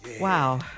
Wow